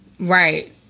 Right